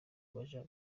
baja